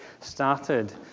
started